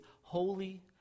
holy